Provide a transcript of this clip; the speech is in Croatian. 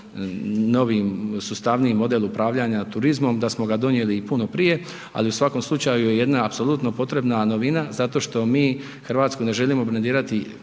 novi sustavniji model upravljanja turizmom, da smo ga donijeli i puno prije, ali u svakom slučaju je jedna apsolutno potrebna novina zato što mi Hrvatsku ne želimo brendirati